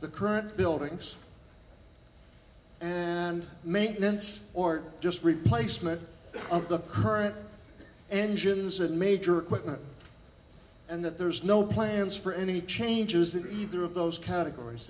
the current building and maintenance or just replacement of the current engines and major equipment and that there's no plans for any changes that either of those categories